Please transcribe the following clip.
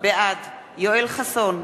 בעד יואל חסון,